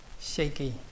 shaky